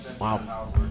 Wow